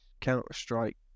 counter-strike